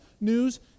news